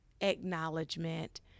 acknowledgement